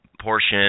portion